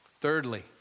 Thirdly